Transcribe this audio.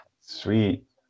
sweet